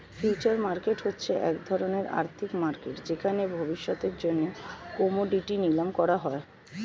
future market হচ্ছে এক ধরণের আর্থিক মার্কেট যেখানে ভবিষ্যতের জন্য কোমোডিটি নিলাম করা হয়